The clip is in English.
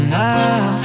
now